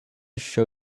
show